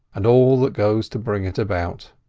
and all that goes to bring it about.